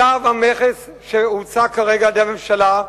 צו המכס שהוצע כרגע על-ידי הממשלה,